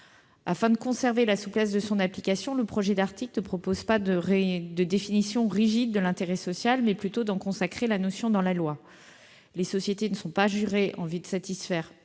Afin de conserver la souplesse de son application, le projet de loi n'introduit pas de définition rigide de l'intérêt social, mais tend plutôt à en consacrer la notion dans la loi. Les sociétés ne sont pas gérées en vue de satisfaire